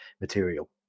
material